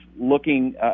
looking